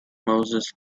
moses